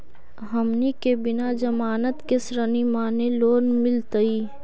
हमनी के बिना जमानत के ऋण माने लोन मिलतई?